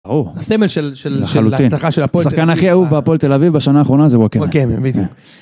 ברור, הסמל של ההצלחה של הפועל תל אביב. השחקן הכי אהוב בהפועל תל אביב בשנה האחרונה זה וואקמה. וואקמה, בדיוק.